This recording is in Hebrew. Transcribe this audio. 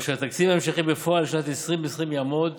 והתקציב ההמשכי בפועל לשנת 2020 יעמוד